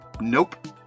Nope